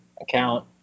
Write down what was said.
account